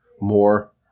more